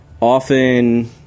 often